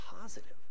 positive